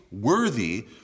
worthy